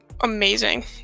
amazing